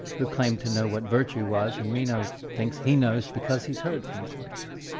who claimed to know what virtue was and meno thinks he knows because he's heard from gorgias.